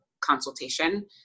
consultation